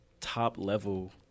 top-level